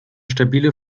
stabile